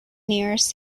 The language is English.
nearest